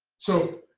so